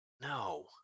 No